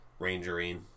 rangering